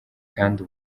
kandi